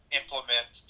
implement